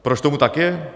Proč tomu tak je?